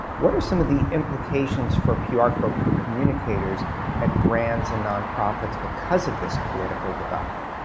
what are some of the implications for pr folk for communicators at brands and non-profits because of this political divide?